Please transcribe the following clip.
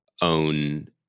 own